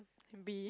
be